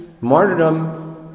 martyrdom